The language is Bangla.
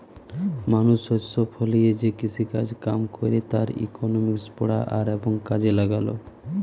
মানুষ শস্য ফলিয়ে যে কৃষিকাজ কাম কইরে তার ইকোনমিক্স পড়া আর এবং কাজে লাগালো